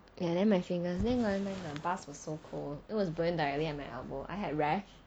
and then my fingers then got one time the bus was so cold it was burned directly at my elbow I had rash